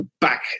back